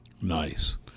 Nice